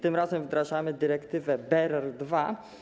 Tym razem wdrażamy dyrektywę BRRD2.